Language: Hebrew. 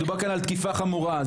מדובר כאן בתקיפה חמורה.